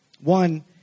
One